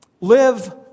live